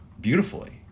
beautifully